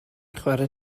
chwarae